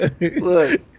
Look